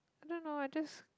I don't know I just